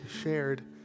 shared